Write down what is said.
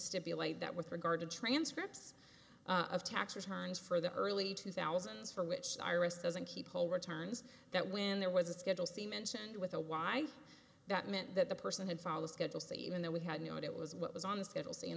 stipulate that with regard to transcripts of tax returns for the early to thousands for which iris doesn't keep whole returns that when there was a schedule c mentioned with a wife that meant that the person had followed schedule c even though we had known it was what was on the sc